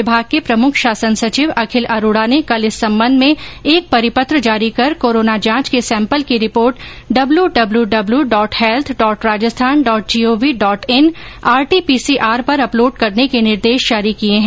विभाग के प्रमुख शासन सचिव अखिल अरोरा ने कल इस संबंध में एक परिपत्र जारी कर कोरोना जांच के सेम्पल की report W W W dot health dot Rajasthan dot gov dot in RTPCR पर अपलोड करने के निर्देश जारी किये है